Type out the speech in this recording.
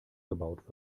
gebaut